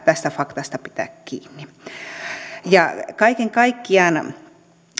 tästä faktasta pitää pitää kiinni kaiken kaikkiaan